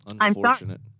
Unfortunate